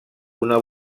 una